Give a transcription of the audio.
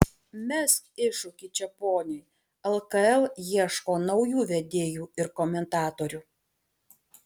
mesk iššūkį čeponiui lkl ieško naujų vedėjų ir komentatorių